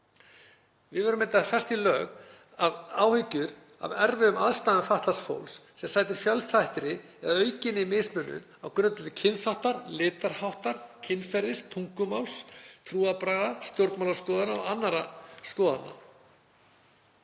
Við værum einnig að festa í lög áhyggjur af erfiðum aðstæðum fatlaðs fólks sem sætir fjölþættri eða aukinni mismunun á grundvelli kynþáttar, litarháttar, kynferðis, tungumáls, trúarbragða, stjórnmálaskoðana og annarra skoðana.